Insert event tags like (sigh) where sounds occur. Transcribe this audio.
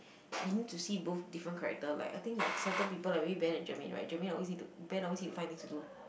(unintelligible)